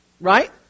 right